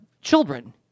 children